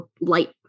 light